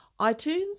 iTunes